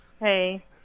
Hey